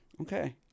Okay